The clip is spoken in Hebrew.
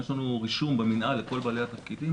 יש לנו רישום במינהל לכל בעלי התפקידים.